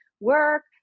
work